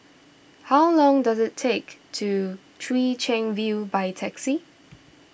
how long does it take to Chwee Chian View by taxi